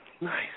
Nice